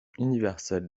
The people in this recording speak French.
universelle